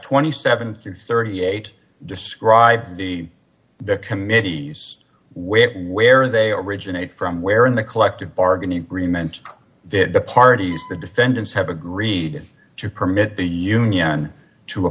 twenty seven to thirty eight describe the the committee's where where they originate from where in the collective bargaining agreement that the parties the defendants have agreed to permit the union to